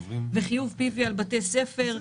וחיוב PV על בתי ספר,